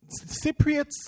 Cypriots